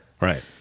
Right